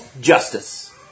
justice